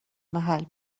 محل